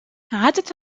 عادة